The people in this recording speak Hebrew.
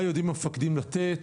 מה יודעים המפקדים לתת.